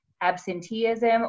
absenteeism